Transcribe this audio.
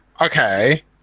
Okay